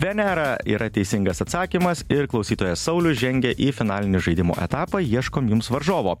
venera yra teisingas atsakymas ir klausytojas saulius žengia į finalinį žaidimo etapą ieškom jums varžovo